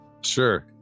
Sure